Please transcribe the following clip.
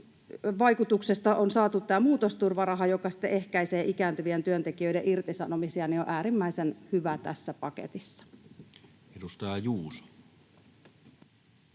vaikutuksesta on saatu tämä muutosturvaraha, joka sitten ehkäisee ikääntyvien työntekijöiden irtisanomisia, on äärimmäisen hyvä tässä paketissa. [Speech 182]